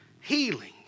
healing